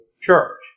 church